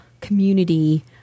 community